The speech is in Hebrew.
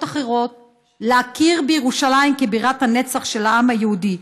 אחרות להכיר בירושלים כבירת הנצח של העם היהודי.